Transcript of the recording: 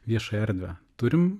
viešąją erdvę turim